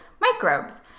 microbes